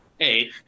hey